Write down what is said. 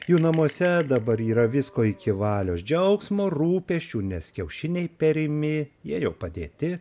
jų namuose dabar yra visko iki valios džiaugsmo rūpesčių nes kiaušiniai perimi jie jau padėti